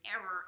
Error